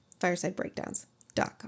Firesidebreakdowns.com